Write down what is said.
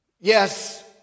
Yes